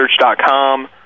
search.com